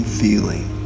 feeling